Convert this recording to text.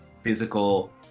physical